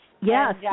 Yes